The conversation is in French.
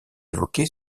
évoqué